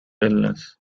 illness